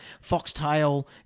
foxtail